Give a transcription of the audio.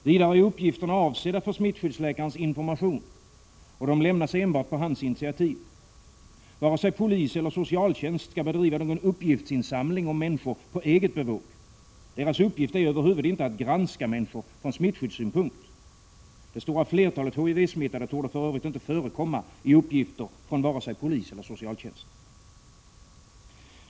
Vidare är uppgifterna avsedda för smittskyddsläkarens information, och de lämnas enbart på hans initiativ. Varken polis eller socialtjänst skall bedriva någon uppgiftsinsamling på eget bevåg. Deras uppgift är över huvud inte att granska människor från smittskyddssynpunkt. Det stora flertalet HIV-smittade torde för övrigt inte förekomma i uppgifter från vare sig polis eller socialtjänst.